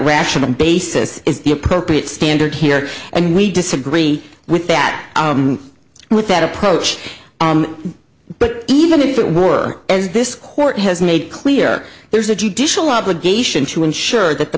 rational basis is the appropriate standard here and we disagree with that with that approach but even if it were as this court has made clear there's a judicial obligation to ensure that the